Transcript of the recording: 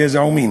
גזע ומין.